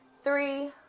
three